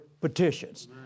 petitions